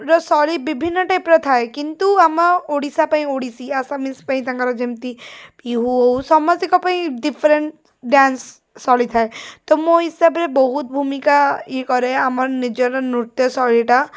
ର ଶୈଳୀ ବିଭିନ୍ନ ଟାଇପ୍ର ଥାଏ କିନ୍ତୁ ଆମ ଓଡ଼ିଶା ପାଇଁ ଓଡ଼ିଶୀ ଆସାମୀଜ୍ ପାଇଁ ତାଙ୍କର ଯେମତି ବିହୁ ହଉ ସମସ୍ତଙ୍କ ପାଇଁ ଡିଫରେଣ୍ଟ୍ ଡ୍ୟାନ୍ସ ଶୈଳୀ ଥାଏ ତ ମୋ ହିସାବରେ ବହୁତ ଭୂମିକା ଇଏ କରେ ଆମର ନିଜର ନୃତ୍ୟ ଶୈଳୀଟା